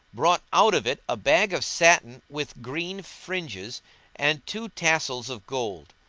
brought out of it a bag of satin with green fringes and two tassels of gold.